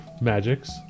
magics